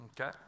Okay